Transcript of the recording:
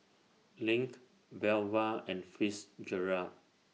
LINK Velva and Fitzgerald